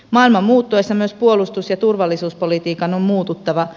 maailman muuttuessa myös puolustus ja turvallisuuspolitiikan on muututtava